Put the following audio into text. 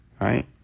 right